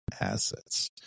assets